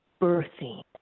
birthing